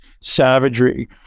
savagery